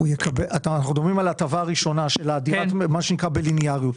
אנחנו מדברים על ההטבה הראשונה של מה שנקרא לינאריות.